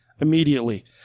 immediately